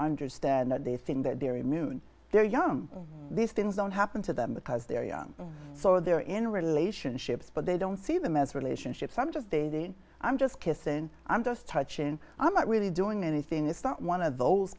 understand that they've seen their dairy moon they're young these things don't happen to them because they're young so they're in relationships but they don't see them as relationships i'm just dating i'm just kissing i'm just touching i'm not really doing anything it's not one of those